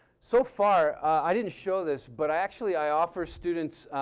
so far, i didn't show this but i actually, i offer students